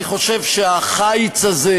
אני חושב שהחיץ הזה,